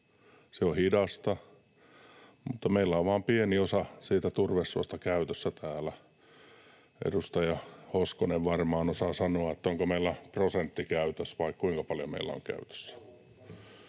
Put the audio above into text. se on hidasta, mutta meillä on vain pieni osa turvesuosta käytössä täällä. Edustaja Hoskonen varmaan osaa sanoa, onko meillä prosentti käytössä vai kuinka paljon meillä on käytössä.